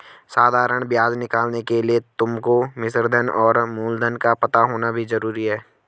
साधारण ब्याज निकालने के लिए तुमको मिश्रधन और मूलधन का पता होना भी जरूरी है